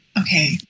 okay